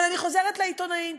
אבל אני חוזרת לעיתונאים,